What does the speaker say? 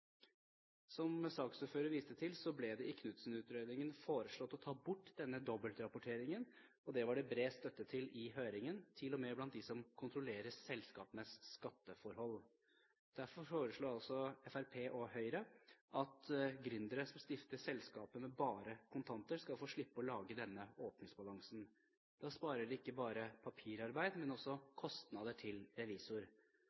Som saksordføreren viste til, ble det i Knudsen-utredningen foreslått å ta bort denne dobbeltrapporteringen. Det var det bred støtte for i høringen, til og med blant dem som kontrollerer selskapenes skatteforhold. Derfor foreslår Fremskrittspartiet og Høyre at gründere som stifter selskap med bare kontanter, skal få slippe å lage denne åpningsbalansen. Da sparer de ikke bare papirarbeid, men